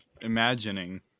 imagining